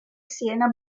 siena